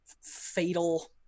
fatal